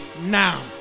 now